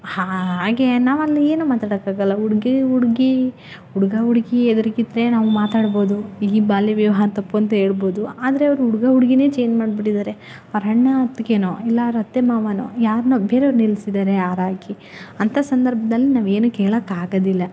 ಹಾಗೆ ನಾವಲ್ಲಿ ಏನು ಮಾತಡೋಕಾಗಲ್ಲ ಹುಡ್ಗಿ ಹುಡ್ಗಿ ಹುಡ್ಗ ಹುಡ್ಗಿ ಎದುರಿಗಿದ್ರೆ ನಾವು ಮಾತಾಡ್ಬೋದು ಈ ಬಾಲ್ಯ ವಿವಾಹ ತಪ್ಪು ಅಂತ ಹೇಳ್ಬೋದು ಆದರೆ ಅವ್ರ ಹುಡ್ಗ ಹುಡ್ಗಿನೆ ಚೇಂಜ್ ಮಾಡ್ಬಿಟ್ಟಿದ್ದಾರೆ ಅವ್ರು ಅಣ್ಣ ಅತ್ತಿಗೆನೂ ಇಲ್ಲ ಅವ್ರ ಅತ್ತೆ ಮಾವನೋ ಯಾರನ್ನೋ ಬೇರೆಯವ್ರನ್ನ ನಿಲ್ಸಿದ್ದಾರೆ ಆರ ಆಕೆ ಅಂಥ ಸಂದರ್ಭದಲ್ಲಿ ನಾವೇನು ಕೇಳೋಕ್ಕಾಗೋದಿಲ್ಲ